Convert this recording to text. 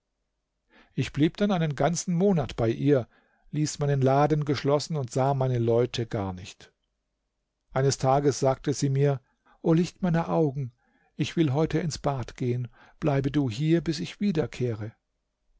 ich blieb dann einen ganzen monat bei ihr ließ meinen laden geschlossen und sah meine leute gar nicht eines tages sagte sie mir o licht meiner augen ich will heute ins bad gehen bleibe du hier bis ich wiederkehre